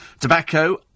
Tobacco